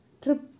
trip